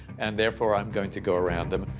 and therefore i'm going to go around them.